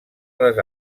les